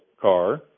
car